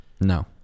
No